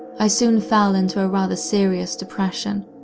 i soon fell into a rather serious depression,